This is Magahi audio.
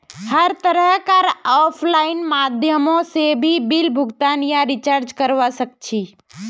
हर तरह कार आफलाइन माध्यमों से भी बिल भुगतान या रीचार्ज करवा सक्छी